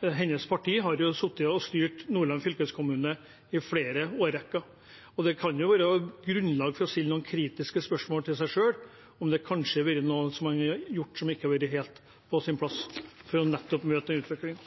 hennes parti har sittet og styrt Nordland fylkeskommune i en årrekke, og det kan være grunnlag for å stille noen kritiske spørsmål til seg selv: Er det kanskje noe man har gjort, som ikke har vært helt på sin plass for nettopp å møte den utviklingen?